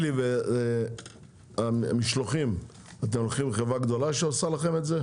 לי והמשלוחים אתם לוקחים חברה גדולה שעושה לכם את זה?